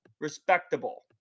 Respectable